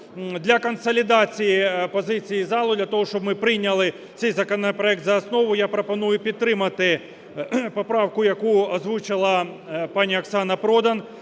для консолідації позиції залу, для того щоб ми прийняли цей законопроект за основу, я пропоную підтримати поправку, яку озвучила пані Оксана Продан,